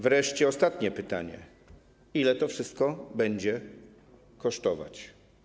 Wreszcie ostatnie pytanie: Ile to wszystko będzie kosztować?